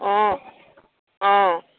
অঁ অঁ